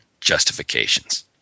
justifications